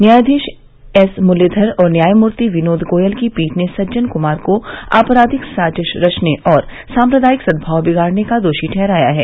न्यायाधीश एस मुरलीधर और न्यायमूर्ति विनोद गोयल की पीठ ने सज्जन कुमार को आपराधिक साजिश रचने और सांप्रदायिक सदमाव बिगाड़ने का दोषी ठहराया है